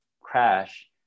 crash